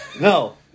No